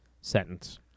sentence